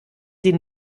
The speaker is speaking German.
sie